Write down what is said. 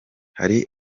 hari